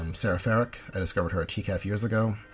um sara ferrick, i discovered her at tcaf years ago.